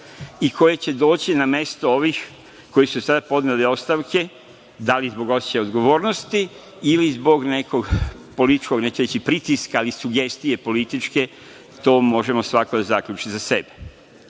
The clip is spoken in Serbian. i koje će doći na mesto ovih koji su sada podneli ostavke, da li zbog osećaja odgovornosti ili zbog nekog političkog, neću reći pritiska, ali sugestije političke, to može svako da zaključi za sebe. Kako